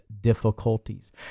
difficulties